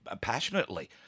passionately